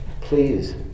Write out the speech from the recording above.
Please